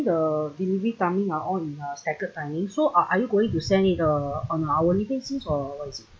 the delivery timing ah all in a staggered timing so are are you going to send it uh on hourly basis or what is